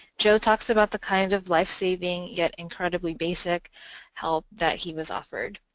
joe talks about the kind of lifesaving yet incredibly basic help that he was offered.